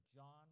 John